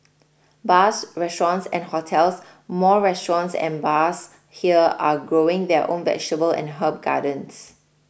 bars restaurants and hotels more restaurants and bars here are growing their own vegetable and herb gardens